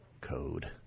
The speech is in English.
Code